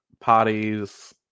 Parties